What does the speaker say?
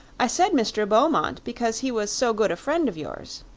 i said mr. beaumont because he was so good a friend of yours.